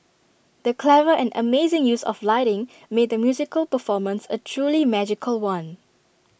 the clever and amazing use of lighting made the musical performance A truly magical one